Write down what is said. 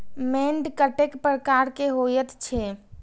मैंट कतेक प्रकार के होयत छै?